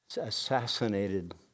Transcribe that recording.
assassinated